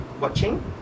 watching